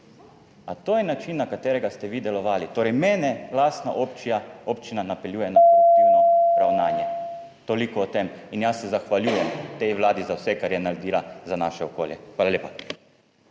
A to je način na katerega ste vi delovali? Torej mene lastna občina napeljuje na koruptivno ravnanje. Toliko o tem in jaz se zahvaljujem tej Vladi za vse kar je naredila za naše okolje. Hvala lepa.